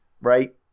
right